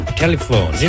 telephone